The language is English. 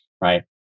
Right